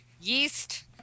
Yeast